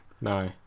No